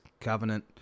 covenant